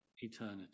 eternity